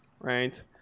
Right